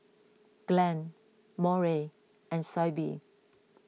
Glenn Moira and Syble